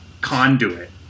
conduit